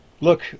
Look